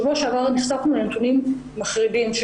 בשבוע שעבר נחשפנו לנתונים מחרידים,